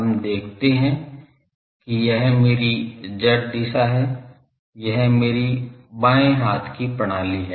हम देखते हैं कि यह मेरी z दिशा है यह मेरी बाएं हाथ की प्रणाली है